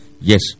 Yes